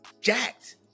jacked